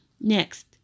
Next